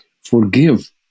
forgive